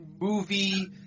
movie